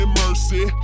mercy